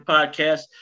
Podcast